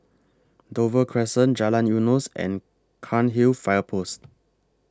Dover Crescent Jalan Eunos and Cairnhill Fire Post